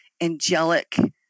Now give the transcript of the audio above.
angelic